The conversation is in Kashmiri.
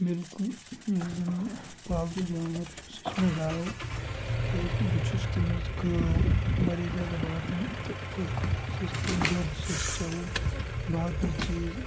بِلکُل یُس زَن مےٚ پالتوٗ جانوَر چھُ سُہ چھُ مےٚ گاو کیٛازکہِ بہٕ چھُس تٔمِس گٲو واریاہ زیادٕ واتان تہٕ تہِ تہِ چھِ أسۍ کھٮ۪وان دۄد چھِس أسۍ چٮ۪وان باقٕے چیٖز